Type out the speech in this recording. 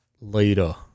Later